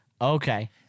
Okay